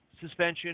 suspension